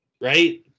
right